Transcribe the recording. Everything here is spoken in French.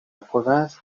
province